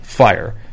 fire